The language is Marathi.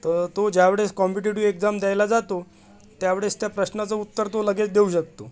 तर तो ज्यावेळेस कॉम्पिटेटिव्ह एक्झाम द्यायला जातो त्यावेळेस त्या प्रश्नाचं उत्तर तो लगेच देऊ शकतो